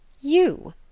You